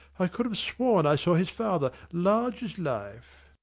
i could have sworn i saw his father, large as life.